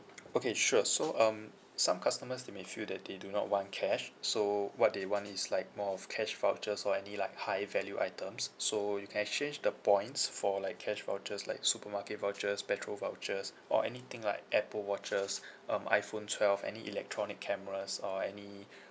okay sure so um some customers they may feel that they do not want cash so what they want is like more of cash vouchers or any like high value items so you can exchange the points for like cash vouchers like supermarket vouchers petrol vouchers or anything like apple watches um iphone twelve any electronic cameras or any